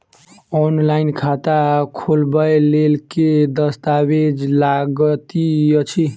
Online खाता खोलबय लेल केँ दस्तावेज लागति अछि?